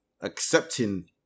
accepting